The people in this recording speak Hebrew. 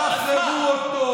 שחררו אותו.